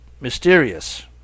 mysterious